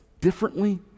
differently